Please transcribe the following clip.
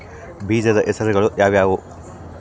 ಬೇಜದ ಹೆಸರುಗಳು ಯಾವ್ಯಾವು?